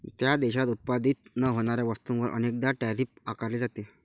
त्या देशात उत्पादित न होणाऱ्या वस्तूंवर अनेकदा टैरिफ आकारले जाते